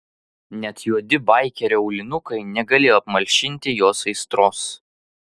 net juodi baikerio aulinukai negalėjo apmalšinti jos aistros